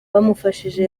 bamufashije